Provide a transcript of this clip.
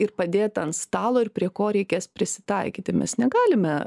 ir padėta ant stalo ir prie ko reikės prisitaikyti mes negalime